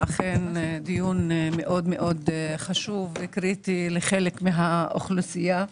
אכן דיון מאוד מאוד חשוב וקריטי לחלק מהאוכלוסייה.